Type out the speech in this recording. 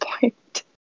point